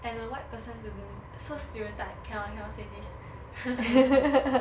and a white person to do so stereotype cannot cannot say this